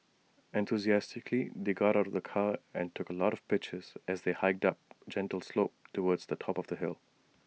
enthusiastically they got out of the car and took A lot of pictures as they hiked up A gentle slope towards the top of the hill